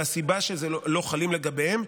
והסיבה שלא חלים לגביהם,